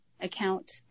account